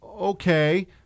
okay